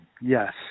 Yes